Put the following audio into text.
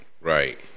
Right